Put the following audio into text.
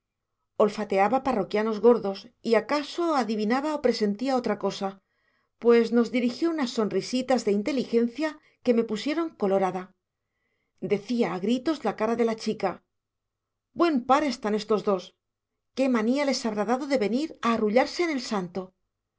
olfateaba parroquianos gordos y acaso adivinaba o presentía otra cosa pues nos dirigió unas sonrisitas de inteligencia que me pusieron colorada decía a gritos la cara de la chica buen par están estos dos qué manía les habrá dado de venir a arrullarse en el santo